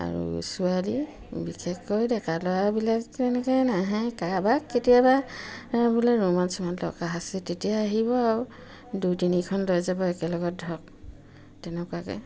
আৰু ছোৱালী বিশেষকৈ ডেকা ল'ৰাবিলাক এনেকে নাহে কাবাক কেতিয়াবা বোলে ৰুমাল চোমাল দৰকাৰ আছে তেতিয়া আহিব আৰু দুই তিনিখন লৈ যাব একেলগত ধৰক তেনেকুৱাকে